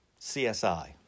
CSI